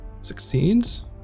Succeeds